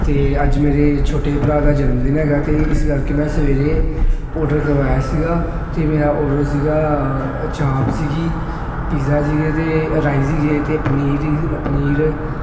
ਅਤੇ ਅੱਜ ਮੇਰੇ ਛੋਟੇ ਭਰਾ ਦਾ ਜਨਮਦਿਨ ਹੈਗਾ ਅਤੇ ਇਸ ਕਰਕੇ ਮੈਂ ਸਵੇਰੇ ਔਡਰ ਕਰਵਾਇਆ ਸੀਗਾ ਅਤੇ ਮੇਰਾ ਔਡਰ ਸੀਗਾ ਚਾਪ ਸੀਗੀ ਪਿਜ਼ਾ ਸੀਗੇ ਅਤੇ ਰਾਈਸ ਸੀਗੇ ਅਤੇ ਪਨੀਰ ਪਨੀਰ